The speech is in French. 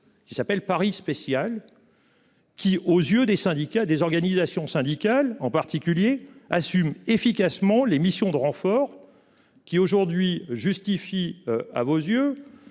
Qui s'appelle Paris spécial. Qui, aux yeux des syndicats des organisations syndicales en particulier assume efficacement les missions de renfort. Qui aujourd'hui justifie à vos yeux.